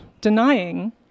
denying